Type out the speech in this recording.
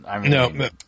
No